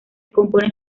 compone